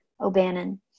O'Bannon